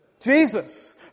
Jesus